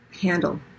handle